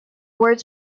words